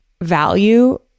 value